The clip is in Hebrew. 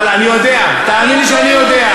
אבל אני יודע, תאמין לי שאני יודע.